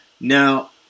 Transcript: Now